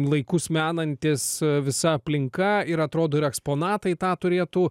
laikus menantis visa aplinka ir atrodo ir eksponatai tą turėtų